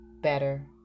better